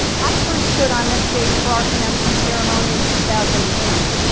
i first stood on this stage for our commencement ceremony in two thousand and eight.